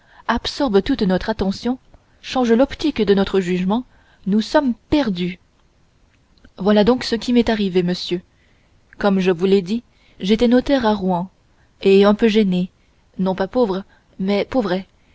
absorbe toute notre attention change l'optique de notre jugement nous sommes perdus voici donc ce qui m'est arrivé monsieur comme je vous l'ai dit j'étais notaire à rouen et un peu gêné non pas pauvre mais pauvret